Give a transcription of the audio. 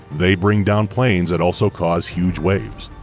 they bring down planes and also cause huge waves.